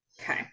Okay